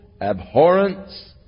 abhorrence